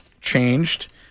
changed